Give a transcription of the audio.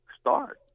start